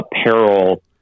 apparel